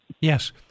Yes